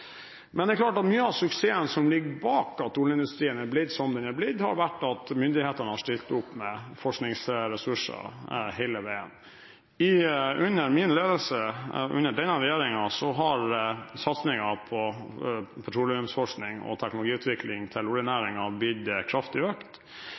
Det er klart at mye av suksessen som ligger bak det at oljeindustrien er blitt som den er blitt, har vært fordi myndighetene har stilt opp med forskningsressurser hele veien. Under min ledelse, under denne regjeringen, har satsingen på petroleumsforskning og teknologiutvikling til